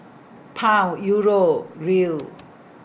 Pound Euro Riel